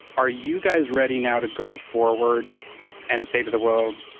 are you guys ready now to go forward and say to the world,